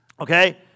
okay